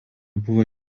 buvo